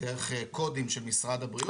דרך קודם של משרד הבריאות.